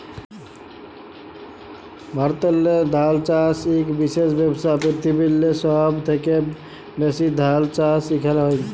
ভারতেল্লে ধাল চাষ ইক বিশেষ ব্যবসা, পিরথিবিরলে সহব থ্যাকে ব্যাশি ধাল চাষ ইখালে হয়